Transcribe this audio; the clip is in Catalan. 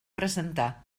presentar